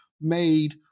made